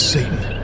Satan